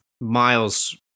Miles